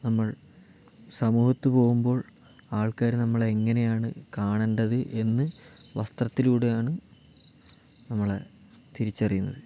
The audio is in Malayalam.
നമ്മൾ സമൂഹത്തിൽ പോവുമ്പോൾ ആൾക്കാർ നമ്മളെ എങ്ങനെയാണ് കാണേണ്ടത് എന്ന് വസ്ത്രത്തിലൂടെയാണ് നമ്മളെ തിരിച്ചറിയുന്നത്